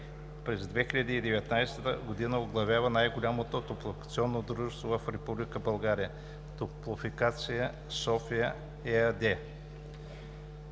През 2019 г. оглавява най-голямото топлофикационно дружества в Република България – „Топлофикация София“ ЕАД.